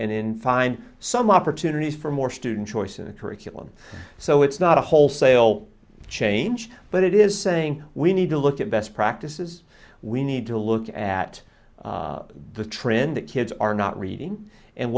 in find some opportunities for more student choice in the curriculum so it's not a wholesale change but it is saying we need to look at best practices we need to look at the trend that kids are not reading and